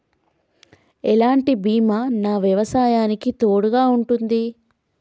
ఎలాంటి బీమా నా వ్యవసాయానికి తోడుగా ఉంటుంది?